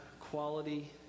quality